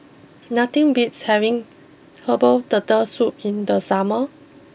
nothing beats having Herbal Turtle Soup in the summer